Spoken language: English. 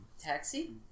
Taxi